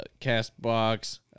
CastBox